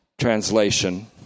Translation